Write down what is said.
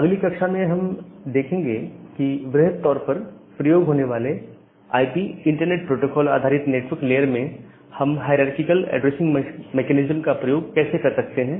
अगली कक्षा में यह देखेंगे कि वृहद तौर पर प्रयोग होने वाले आई पी इंटरनेट प्रोटोकॉल आधारित नेटवर्क लेयर में हम हायरारकिकल ऐड्रेसिंग मेकैनिज्म का प्रयोग कैसे कर सकते हैं